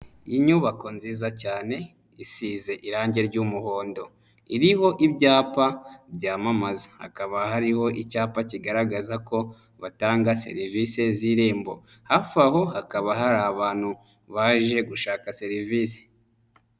Inyubako nziza cyane isize irangi ry'umuhondo, iriho ibyapa byamamaza, hakaba hariho icyapa kigaragaza ko batanga serivisi z'irembo, hafi aho hakaba hari abantu baje gushaka serivisi.